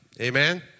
Amen